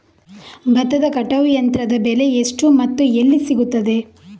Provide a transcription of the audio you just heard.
ಭತ್ತದ ಕಟಾವು ಯಂತ್ರದ ಬೆಲೆ ಎಷ್ಟು ಮತ್ತು ಎಲ್ಲಿ ಸಿಗುತ್ತದೆ?